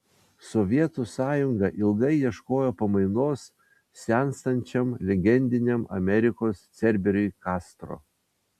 sovietų sąjunga ilgai ieškojo pamainos senstančiam legendiniam amerikos cerberiui kastro